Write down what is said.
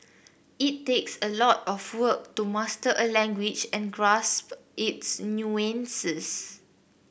it takes a lot of work to master a language and grasp its nuances